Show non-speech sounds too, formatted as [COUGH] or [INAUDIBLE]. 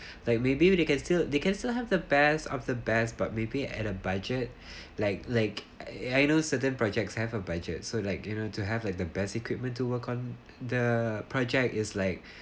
[BREATH] have like maybe they can still they can still have the best of the best but maybe at a budget like like I know certain projects have a budget so like you know to have the best equipment to work on the project is like